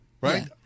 right